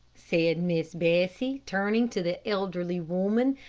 said miss bessie, turning to the elderly woman,